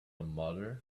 mother